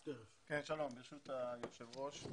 שלום, ברשות היושב ראש.